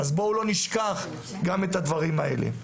בואו לא נשכח גם את הדברים האלה.